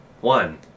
One